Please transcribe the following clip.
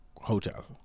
hotel